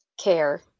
care